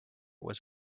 was